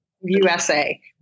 USA